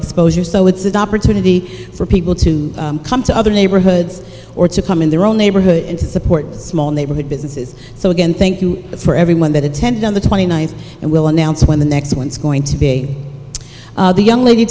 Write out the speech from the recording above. exposure so it's an opportunity for people to come to other neighborhoods or to come in their own neighborhood and to support small neighborhood businesses so again thank you for everyone that attended on the twenty ninth and will announce when the next one's going to be the young lady